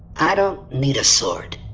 i don't need a sword.